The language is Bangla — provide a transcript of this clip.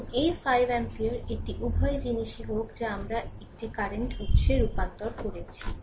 এবং এই 4 অ্যাম্পিয়ার এটি উভয় জিনিসই হোক যা আমরা একটি কারেন্ট উত্সে রূপান্তর করেছি